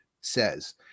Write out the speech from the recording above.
says